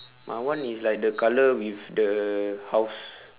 my one is like the color with the house